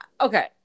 okay